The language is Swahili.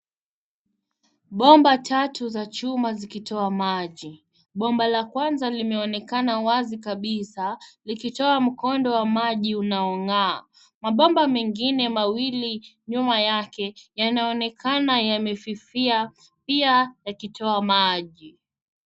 Bomba tatu za chuma zikitoa maji. Bomba la kwanza linaonekana wazi kabisa likitoa mkondo wa maji unaong'aa. Mabomba mengine mawili nyuma yake yanaonekana yamefifia pia yakitoa maji.